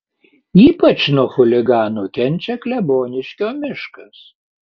ypač nuo chuliganų kenčia kleboniškio miškas